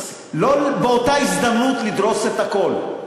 לא באותה הזדמנות לדרוס את הכול.